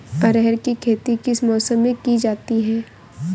अरहर की खेती किस मौसम में की जाती है?